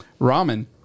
Ramen